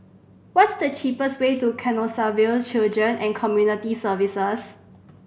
what's the cheapest way to Canossaville Children and Community Services